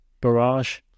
barrage